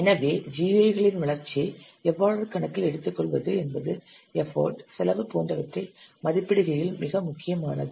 எனவே GUI களின் வளர்ச்சியை எவ்வாறு கணக்கில் எடுத்துக்கொள்வது என்பது எஃபர்ட் செலவு போன்றவற்றை மதிப்பிடுகையில் மிக முக்கியமானது